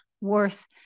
worth